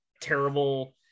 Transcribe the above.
terrible